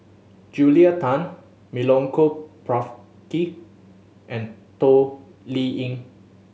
Julia Tan Milenko Prvacki and Toh Liying